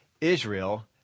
Israel